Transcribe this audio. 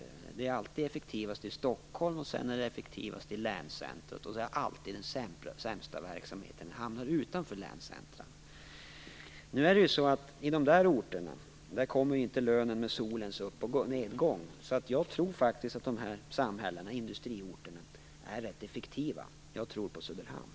Det är alltid effektivast i Stockholm och därnäst i länscentrumet. Den sämsta verksamheten hamnar alltid i orter utanför länscentrumen. I sådana orter kommer lönen inte med solens upp och nedgång. Jag tror faktiskt att industriorterna är rätt effektiva. Jag tror på Söderhamn.